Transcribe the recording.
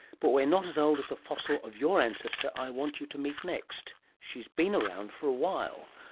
but we're not as old as a fossil of your ancestor i want you to meet next. she's been around for a while,